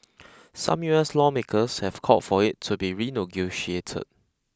some U S lawmakers have called for it to be renegotiated